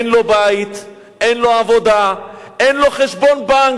אין לו בית, אין לו עבודה, אין לו חשבון בנק.